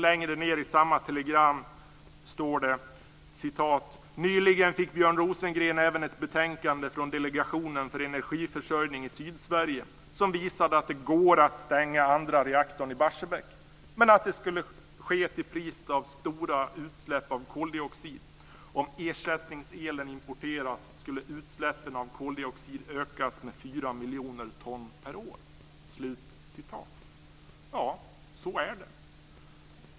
Längre ned i samma telegram står det så här: "Nyligen fick Björn Rosengren även ett betänkande från Delegationen för energiförsörjning i Sydsverige som visade att det går att stänga andra reaktorn i Barsebäck, men att det skulle ske till priset av stora utsläpp av koldioxid. Om ersättningselen importeras skulle utsläppen av koldioxid ökas med 4 miljoner ton per år." Ja, så är det.